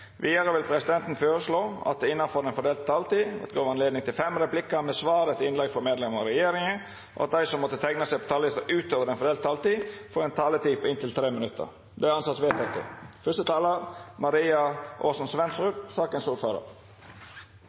Vidare vil presidenten føreslå at det – innanfor den fordelte taletida – vert gjeve anledning til replikkordskifte på inntil fem replikkar med svar etter innlegg frå medlemer av regjeringa, og at dei som måtte teikna seg på talarlista utover den fordelte taletida, får ei taletid på inntil 3 minutt. – Det er vedteke.